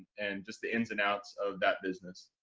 and just the ins and outs of that business.